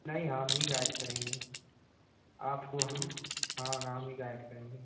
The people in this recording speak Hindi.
नहीं हम ही गाइड करेंगे आपको हम हाँ हम ही गाइड करेंगे